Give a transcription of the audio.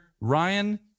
Ryan